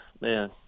man